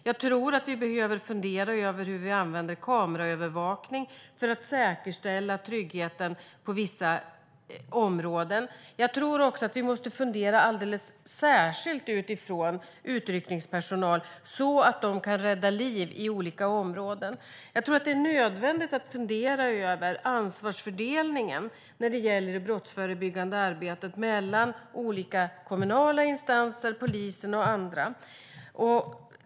Jag tror att vi behöver fundera över hur vi använder kameraövervakning för att säkerställa tryggheten på vissa områden. Jag tror också att vi måste fundera alldeles särskilt på utryckningspersonalens situation, så att de kan rädda liv i olika områden. Jag tror att det är nödvändigt att fundera över ansvarsfördelningen när det gäller det brottsförebyggande arbetet mellan olika kommunala instanser, polisen och andra.